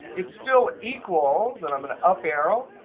it's still equals, and i'm an up arrow,